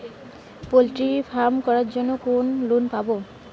Poultry farm করার জন্য কোন লোন পাব?